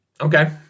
Okay